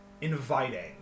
inviting